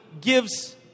gives